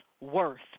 worth